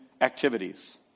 activities